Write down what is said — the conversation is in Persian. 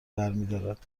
برمیدارد